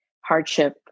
hardship